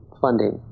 funding